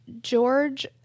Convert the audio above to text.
George